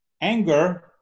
Anger